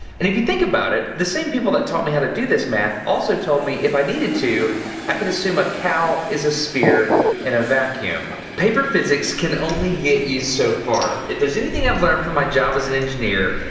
and if you think about it the same people that taught me how to do this math also told me if i needed to i could assume a cow is a sphere in a vacuum paper physics can only get you so far. if there's anything i've learned from my job as an engineer.